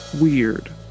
weird